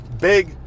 big